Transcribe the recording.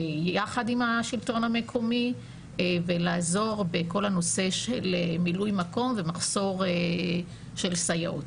יחד עם השלטון המקומי בלעזור בכל הנושא של מילוי מקום ומחסור של סייעות.